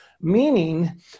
meaning